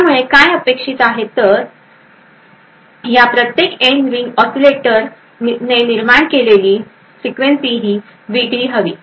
त्यामुळे काय अपेक्षित आहे तर अपेक्षित आहे तर या प्रत्येक एन रिंग ऑसीलेटरने निर्माण केलेली फ्रिक्वेन्सी ही वेगळी हवी